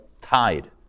tied